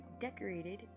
decorated